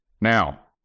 Now